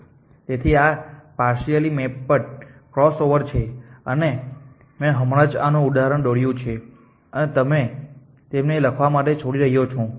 તેથી આ partially mapped crossover છે અને મેં હમણાં જ આ ઉદાહરણ દોર્યું છે અને તમને એ લખવા માટે છોડી રહ્યો છું